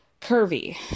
curvy